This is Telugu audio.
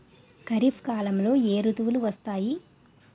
ఖరిఫ్ కాలంలో ఏ ఋతువులు వస్తాయి?